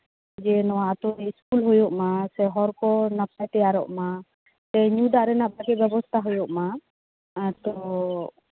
ᱡᱮ ᱱᱚᱣᱟ ᱟᱛᱳ ᱤᱥᱠᱩᱞ ᱦᱩᱭᱩᱜ ᱢᱟ ᱥᱮ ᱦᱚᱨ ᱠᱚ ᱱᱟᱯᱟᱭ ᱛᱮᱭᱟᱨᱚᱜ ᱢᱟ ᱥᱮ ᱧᱩ ᱫᱟᱜ ᱨᱮᱱᱟᱜ ᱵᱷᱟᱜᱮ ᱵᱮᱵᱚᱥᱛᱟ ᱦᱩᱭᱩᱜ ᱢᱟ ᱟᱫᱚ